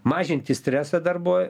mažinti stresą darbo